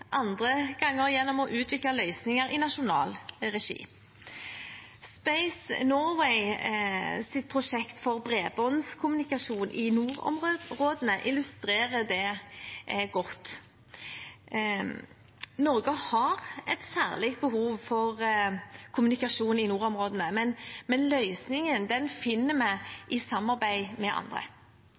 andre ganger gjennom å utvikle løsninger i nasjonal regi. Space Norway sitt prosjekt for bredbåndskommunikasjon i nordområdene illustrerer det godt. Norge har et særlig behov for kommunikasjon i nordområdene, men løsningen finner vi i samarbeid med andre.